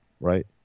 Right